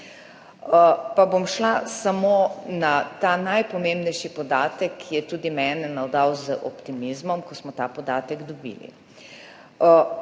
Bom šla samo na ta najpomembnejši podatek, ki je tudi mene navdal z optimizmom, ko smo ta podatek dobili.